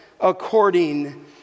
according